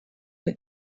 that